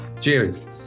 Cheers